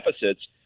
deficits